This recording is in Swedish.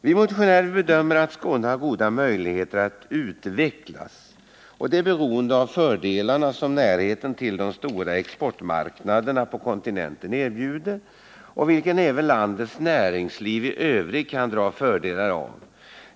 Vi motionärer bedömer att Skåne har goda möjligheter att utveckla de fördelar som närheten till de större exportmarknaderna på kontinenten erbjuder, vilket även landets näringsliv i övrigt kan dra fördelar av.